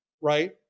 right